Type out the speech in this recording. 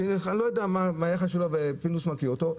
אני לא יודע מה --- פינדרוס מכיר אותו,